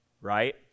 right